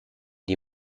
die